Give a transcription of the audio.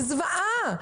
זה זוועה.